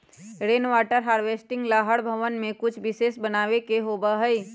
rain water harvesting ला हर भवन में कुछ विशेष बनावे के होबा हई